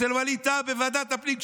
אצל ווליד טאהא בוועדת הפנים,